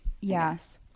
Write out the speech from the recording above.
Yes